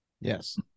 Yes